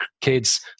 kids